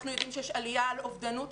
אנחנו יודעים שיש עלייה של אובדנות,